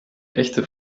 echte